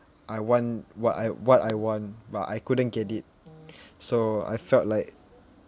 I want what I what I want but I couldn't get it so I felt like